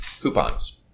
coupons